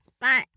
Bye